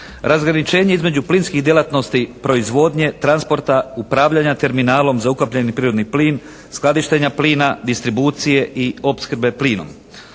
Razgraničenje između plinskih djelatnosti proizvodnje, transporta, upravljanja terminalom za ukapljeni prirodni plin, skladištenja plina, distribucije i opskrbe plinom.